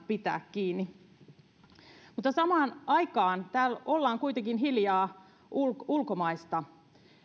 pitää kiinni samaan aikaan täällä ollaan kuitenkin hiljaa ulkomaista